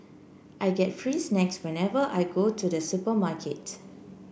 I get free snacks whenever I go to the supermarket